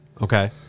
Okay